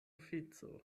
ofico